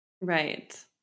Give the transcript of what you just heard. right